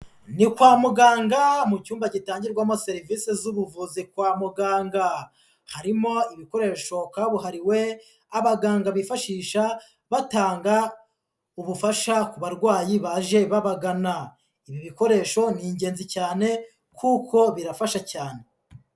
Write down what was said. Ni kwa muganga mu cyumba gitangirwamo serivisi z'ubuvuzi kwa muganga. Harimo ibikoresho kabuhariwe abaganga bifashisha batanga ubufasha ku barwayi baje babagana. Ibi bikoresho ni ingenzi cyane kuko birafasha cyane.